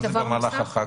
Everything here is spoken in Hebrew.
מה זה במהלך החג?